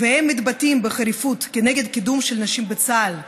והם מתבטאים בחריפות נגד קידום של נשים בצה"ל,